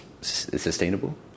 sustainable